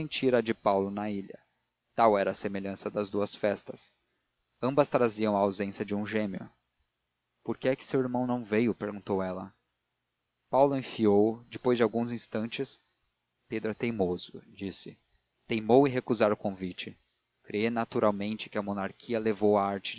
a de paulo na ilha tal era a semelhança das duas festas ambas traziam a ausência de um gêmeo por que é que seu irmão não veio perguntou ela paulo enfiou depois de alguns instantes pedro é teimoso disse teimou em recusar o convite crê naturalmente que a monarquia levou a arte